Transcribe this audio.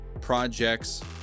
projects